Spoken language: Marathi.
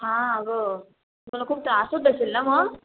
हां अगं तुला खूप त्रास होतं असेल ना मग